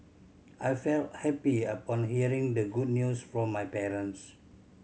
I felt happy upon hearing the good news from my parents